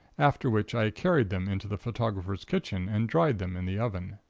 after which i carried them into the photographer's kitchen and dried them in the oven.